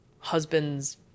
husband's